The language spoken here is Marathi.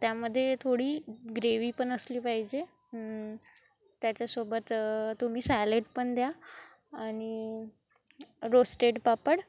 त्यामध्ये थोडी ग्रेव्ही पण असली पाहिजे त्याच्यासोबत तुम्ही सॅलेड पण द्या आणि रोस्टेड पापड